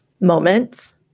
moments